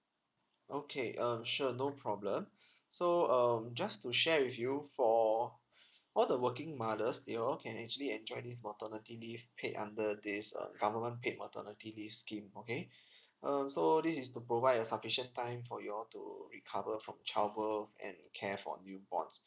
okay um sure no problem so um just to share with you for all the working mothers they all can actually enjoy this maternity leave paid under this um government paid maternity leave scheme okay um so this is to provide a sufficient time for you all to recover from childbirth and care for newborns